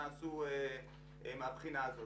זה